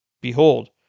Behold